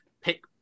pick